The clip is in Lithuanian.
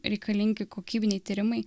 reikalingi kokybiniai tyrimai